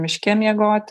miške miegot